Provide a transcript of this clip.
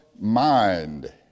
mind